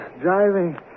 driving